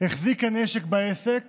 החזיקה נשק בעסק